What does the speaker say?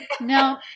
no